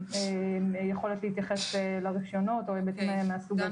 היכולת להתייחס לרישיונות או היבטים מהסוג הזה.